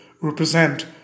represent